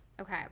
Okay